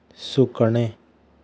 सुकणें